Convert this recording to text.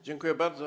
Dziękuję bardzo.